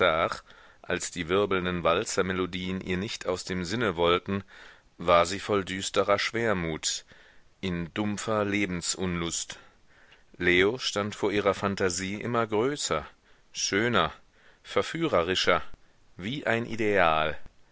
als die wirbelnden walzermelodien ihr nicht aus dem sinne wollten war sie voll düsterer schwermut in dumpfer lebensunlust leo stand vor ihrer phantasie immer größer schöner verführerischer wie ein ideal